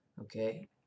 okay